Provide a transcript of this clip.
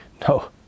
No